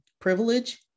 privilege